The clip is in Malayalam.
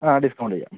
ആ ഡിസ്കൗണ്ട് ചെയ്യാം